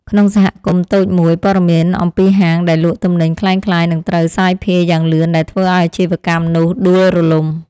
ក្នុងសហគមន៍តូចមួយ ព័ត៌មានអំពីហាងដែលលក់ទំនិញក្លែងក្លាយនឹងត្រូវសាយភាយយ៉ាងលឿនដែលធ្វើឱ្យអាជីវកម្មនោះដួលរលំ។